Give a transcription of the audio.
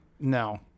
No